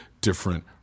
different